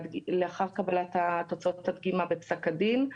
לאחר קבלת תוצאות הדגימה בפסק הדין,